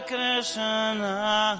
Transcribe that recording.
Krishna